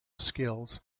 skills